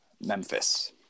Memphis